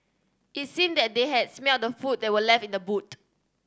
it seemed that they had smelt the food that were left in the boot